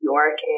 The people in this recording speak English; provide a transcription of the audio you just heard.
York